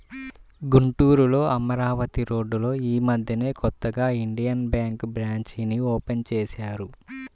గుంటూరులో అమరావతి రోడ్డులో యీ మద్దెనే కొత్తగా ఇండియన్ బ్యేంకు బ్రాంచీని ఓపెన్ చేశారు